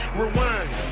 rewind